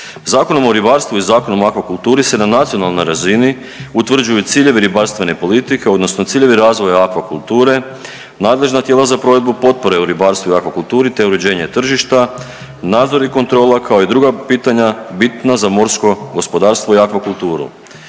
Zakonom o ribarstvu i Zakonom o akvakulturi se na nacionalnoj razini utvrđuju ciljevi ribarstvene politike odnosno ciljevi razvoja akvakulture, nadležna tijela za provedbu potrebe u ribarstvu i akvakulturi te uređenje tržišta, nadzor i kontrola kao i druga pitanja bitna za morsko gospodarstvo i akvakulturu.